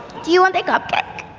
do you want a cupcake?